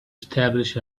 establish